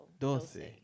doce